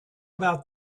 about